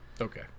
Okay